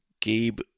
Gabe